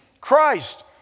Christ